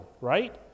right